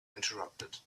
interrupted